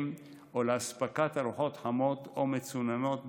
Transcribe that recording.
או לאספקת ארוחות חמות או מצוננות,